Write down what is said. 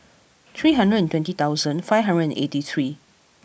three hundred and twenty thousand five hundred and eighty three